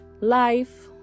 life